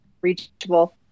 reachable